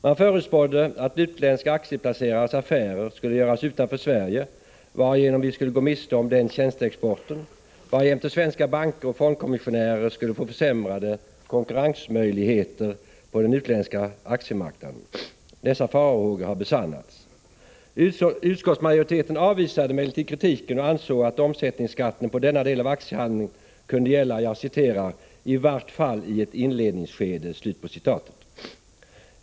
Man förutspådde att utländska aktieplacerares affärer skulle göras utanför Sverige, varigenom vi skulle gå miste om den tjänsteexporten varjämte svenska banker och fondkommissionärer skulle få försämrade konkurrensmöjligheter på den utländska aktiemarknaden. Dessa farhågor har besannats. Utskottsmajoriteten avvisade emellertid kritiken och ansåg att omsättningsskatten på denna del av aktiehandeln kunde gälla ”i vart fall i ett inledningsskede”.